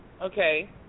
okay